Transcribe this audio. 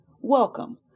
Welcome